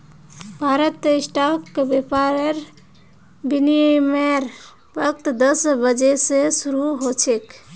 भारतत स्टॉक व्यापारेर विनियमेर वक़्त दस बजे स शरू ह छेक